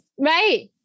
Right